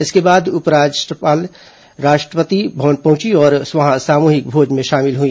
इसके बाद राज्यपाल उप राष्ट्रपति भवन पहुंची और वहां सामूहिक भोज में शामिल हुई